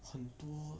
很多